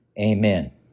Amen